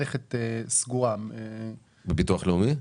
בביטוח לאומי?